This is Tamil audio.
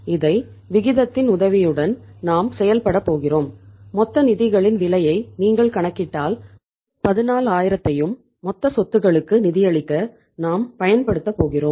இதை விகிதத்தின் உதவியுடன் நாம் செயல்படப் போகிறோம் மொத்த நிதிகளின் விலையை நீங்கள் கணக்கிட்டால் 14000த்தையும் மொத்த சொத்துக்களுக்கு நிதியளிக்க நாம் பயன்படுத்தப் போகிறோம்